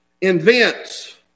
invents